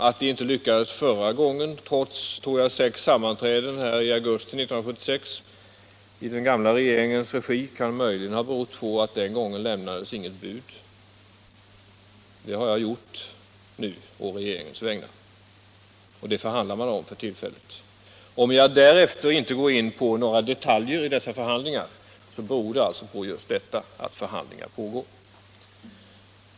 Att det inte lyckades förra gången trots sex sammanträden, tror jag att det var, i augusti 1976 i den gamla regeringens regi kan möjligen ha berott på att det den gången inte lämnades något bud. Det har jag gjort nu på regeringens vägnar, och det förhandlar man om för tillfället. Om jag därefter inte går in på några detaljer i denna fråga beror det just på att konkreta förhandlingar pågår.